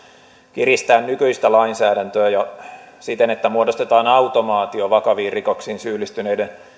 kiristää nykyistä lainsäädäntöä siten että muodostetaan automaatio vakaviin rikoksiin syyllistyneiden